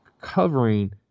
covering